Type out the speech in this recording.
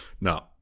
No